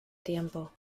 tiempo